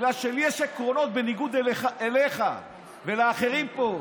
בגלל שלי יש עקרונות, בניגוד אליך ולאחרים פה.